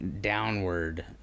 downward